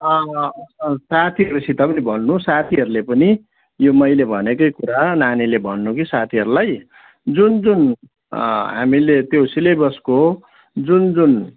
अँ साथीहरूसित पनि भन्नु साथीहरले पनि यो मैले भनेकै कुरा नानीले भन्नु कि साथीहरूलाई जुन जुन हामीले त्यो सिलेबसको जुन जुन